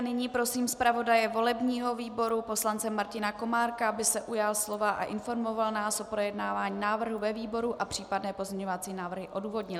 Nyní prosím zpravodaje volebního výboru poslance Martina Komárka, aby se ujal slova a informoval nás o projednávání návrhu ve výboru a případné pozměňovací návrhy odůvodnil.